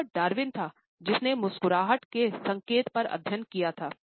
वह डार्विन था जिसने मुस्कुराहट के संकेत पर अध्ययन किया था